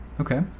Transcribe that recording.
okay